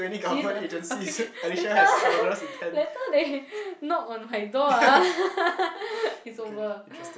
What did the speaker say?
she is a I feel later later they knock on my door ah it's over